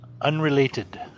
Unrelated